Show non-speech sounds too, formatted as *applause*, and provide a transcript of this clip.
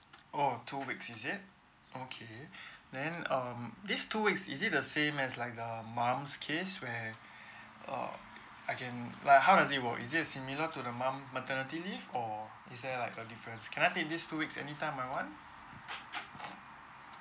oh two weeks is it okay *breath* then um these two weeks is it the same as like um mom's case where *breath* uh I can like how does it work is it similar to the mom maternity leave or is there like a difference can I take these two weeks anytime I want *noise*